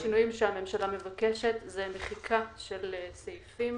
השינויים שהממשלה מבקש הם מחיקה של סעיפים